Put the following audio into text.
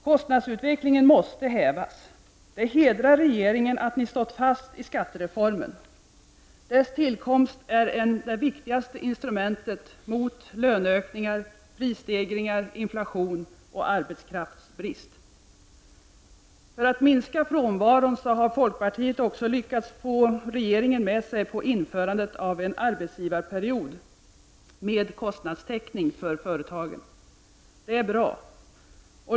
Kostnadsutvecklingen måste hejdas. Det hedrar regeringen att den stått fast vid skattereformen. Dess tillkomst är det viktigaste instrumentet mot löneökningar, prisstegringar, inflation och arbetskraftsbrist. För att minska frånvaron på arbetsplatserna har folkpartiet också lyckats få regeringen med sig på att införa en arbetsgivarperiod med kostnadstäckning för företagen. Det är bra.